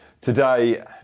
today